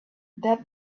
that